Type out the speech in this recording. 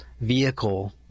vehicle